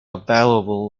valuable